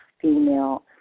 female